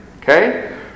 Okay